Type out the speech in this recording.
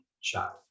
shot